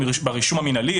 ברישום המינהלי.